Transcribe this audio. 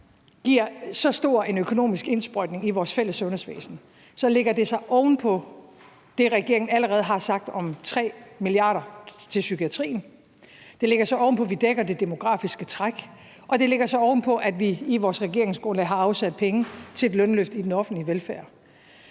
giver så stor en økonomisk indsprøjtning i vores fælles sundhedsvæsen, lægger det sig oven på det, regeringen allerede har sagt om 3 mia. kr. til psykiatrien; det lægger sig oven på, at vi dækker det demografiske træk; det lægger sig oven på, at vi i vores regeringsgrundlag har afsat penge til et lønløft i den offentlige velfærd.